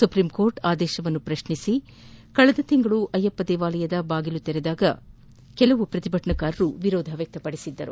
supreme Court ಆದೇಶವನ್ನು ಪ್ರಶ್ನಿಸಿ ಕಳೆದ ತಿಂಗಳು ಅಯ್ಲಪ್ಪ ದೇವಾಲಯದ ಬಾಗಿಲು ತೆರೆದಾಗ ಕೆಲವು ಪ್ರತಿಭಟನಕಾರರು ವಿರೋಧ ವ್ಯಕ್ತ ಪಡಿಸಿದರು